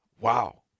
wow